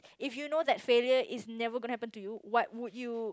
if you know that failure is never gonna happen to you what would you